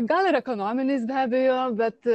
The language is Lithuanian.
gal ir ekonominiais be abejo bet